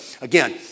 again